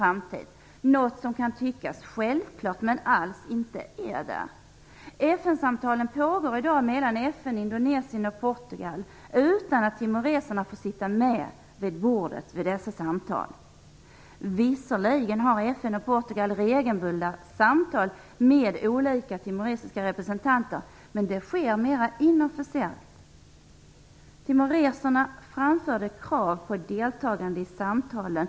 Det är något som kan tyckas självklart men som alls inte är det. FN-samtalen pågår i dag mellan FN, Indonesien och Portugal utan att timoreserna får sitta med vid bordet vid dessa samtal. Visserligen har FN och Portugal regelbundna samtal med olika timoresiska representanter, men det sker mera inofficiellt. Timoreserna framförde krav på att få deltaga i samtalen.